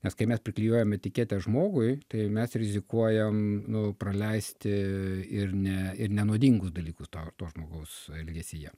nes kai mes priklijuojam etiketę žmogui tai mes rizikuojam nu praleisti ir ne ir nenuodingus dalykus to to žmogaus elgesyje